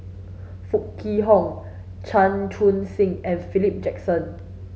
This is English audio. Foo Kwee Horng Chan Chun Sing and Philip Jackson